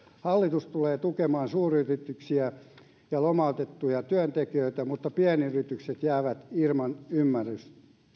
hallitus tulee tukemaan suuryrityksiä ja lomautettuja työntekijöitä mutta pienyritykset jäävät ilman ymmärrystä